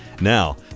Now